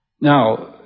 Now